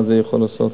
מה זה יכול לעשות.